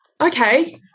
okay